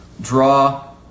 draw